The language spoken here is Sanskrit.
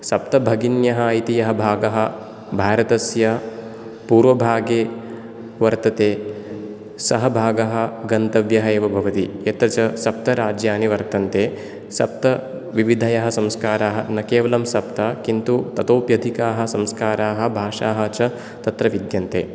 सप्त भगिन्यः इति यः भागः भारतस्य पूर्व भागे वर्तते सः भागः गन्तव्यः एव भवति यत्र च सप्त राज्यानि वर्तन्ते सप्त विविधयः संस्काराः न केवलं सप्त किन्तु तथोप्यधिकाः संस्काराः भाषाः च तत्र विद्यन्ते